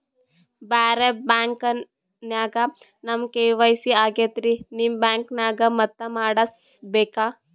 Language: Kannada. ಬ್ಯಾರೆ ಬ್ಯಾಂಕ ನ್ಯಾಗ ನಮ್ ಕೆ.ವೈ.ಸಿ ಆಗೈತ್ರಿ ನಿಮ್ ಬ್ಯಾಂಕನಾಗ ಮತ್ತ ಮಾಡಸ್ ಬೇಕ?